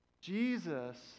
Jesus